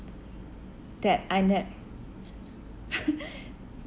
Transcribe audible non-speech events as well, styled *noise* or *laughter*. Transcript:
that I ne~ *laughs*